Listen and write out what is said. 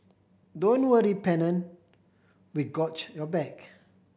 don't worry Pennant we got your back